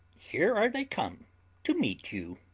here are they come to meet you.